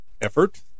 effort